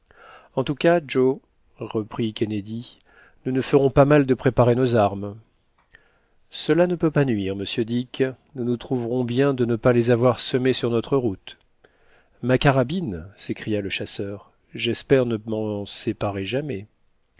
en tout cas joe reprit kennedy nous ne ferons pas mal de préparer nos armes cela ne peut pas nuire monsieur dick nous nous trouverons bien de ne pas les avoir semées sur notre route ma carabine s'écria le chasseur j'espère ne m'en séparer jamais